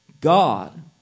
God